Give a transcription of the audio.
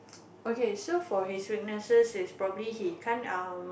okay so for his weaknesses is probably he can't um